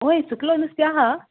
वोय सुकलो नुस्तें आहा